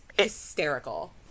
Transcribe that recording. hysterical